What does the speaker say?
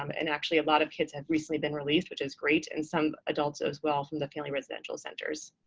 um and actually, a lot of kids have recently been released, which is great, and some adults as well from the family residential centers.